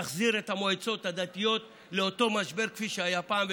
נחזיר את המועצות הדתיות לאותו משבר כפי שהיה פעם,